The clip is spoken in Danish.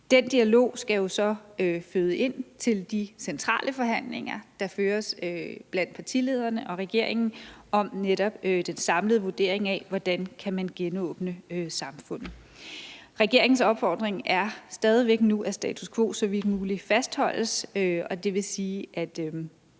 Den dialog skal jo så føres med ind i de centrale forhandlinger, der føres blandt partilederne og regeringen om netop den samlede vurdering af, hvordan man kan genåbne samfundet. Regeringens opfordring er stadig væk, at status quo så vidt muligt fastholdes, og det vil sige, at